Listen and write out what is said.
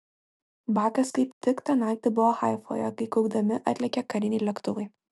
bakas kaip tik tą naktį buvo haifoje kai kaukdami atlėkė kariniai lėktuvai